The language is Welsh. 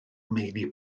meini